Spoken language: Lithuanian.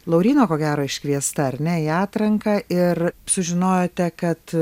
lauryno ko gero iškviesta ar ne į atranką ir sužinojote kad